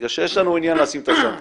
מכיוון שיש לנו עניין לשים את הסנקציה,